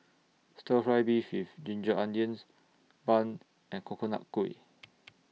Stir Fried Beef with Ginger Onions Bun and Coconut Kuih